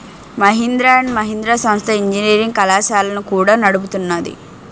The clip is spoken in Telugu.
మహీంద్ర అండ్ మహీంద్ర సంస్థ ఇంజనీరింగ్ కళాశాలలను కూడా నడుపుతున్నాది